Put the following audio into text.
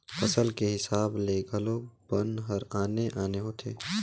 फसल के हिसाब ले घलो बन हर आने आने होथे